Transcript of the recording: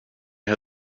had